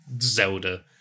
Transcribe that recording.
Zelda